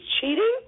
cheating